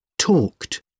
talked